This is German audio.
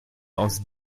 aus